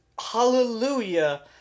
hallelujah